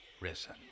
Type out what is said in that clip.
risen